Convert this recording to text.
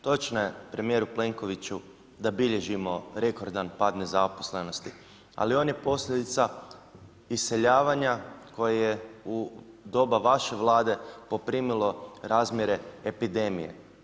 Točno je premijeru Plenkoviću, da bilježimo rekordan pad nezaposlenosti ali on je posljedica iseljavanja koje je u doba vaše Vlade poprimilo razmjere epidemije.